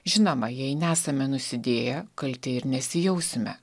žinoma jei nesame nusidėję kalti ir nesijausime